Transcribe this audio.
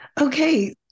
Okay